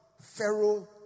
Pharaoh